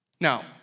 Now